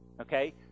Okay